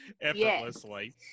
effortlessly